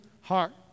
heart